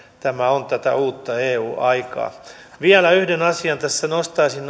tämä on tätä uutta eu aikaa vielä yhden asian tässä nostaisin